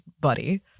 buddy